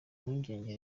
impungenge